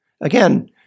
Again